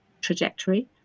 trajectory